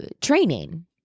training